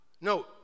No